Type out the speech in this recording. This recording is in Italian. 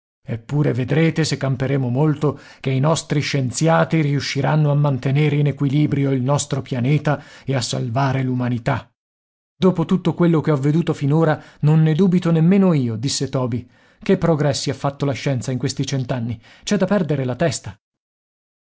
eppure vedrete se camperemo molto che i nostri scienziati riusciranno a mantenere in equilibrio il nostro pianeta e a salvare l'umanità dopo tutto quello che ho veduto finora non ne dubito nemmeno io disse toby che progressi ha fatto la scienza in questi cent'anni c'è da perdere la testa